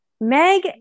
Meg